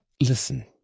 listen